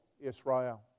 Israel